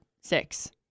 six